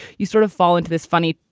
you sort of fall into this funny,